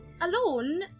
Alone